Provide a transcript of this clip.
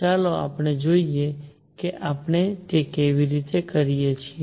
ચાલો આપણે જોઈએ કે આપણે તે કેવી રીતે કરીએ છીએ